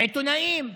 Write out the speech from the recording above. עיתונאים,